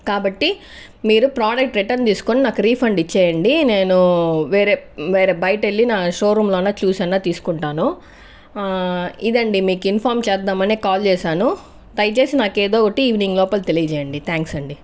కాబట్టి మీరు product return తీసుకొని నాకు రిఫండ్ ఇచ్చేయండి నేను వేరే వేరే బయట వెళ్లి నా షోరూంలో అన్నా చూసైనా తీసుకుంటాను ఇదండీ మీకు ఇన్ఫార్మ్ చేద్దామని కాల్ చేశాను దయచేసి నాకు ఏదో ఒకటి ఈవినింగ్ లోపల తెలియజేయండి థ్యాంక్స్ అండి